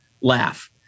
laugh